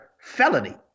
felony